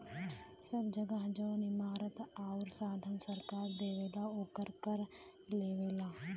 सब जगह जौन इमारत आउर साधन सरकार देवला ओकर कर लेवला